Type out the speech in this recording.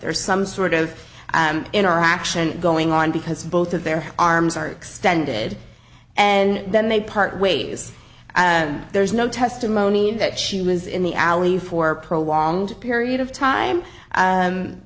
there's some sort of interaction going on because both of their arms are extended and then they part ways and there's no testimony that she was in the alley for prolonged period of time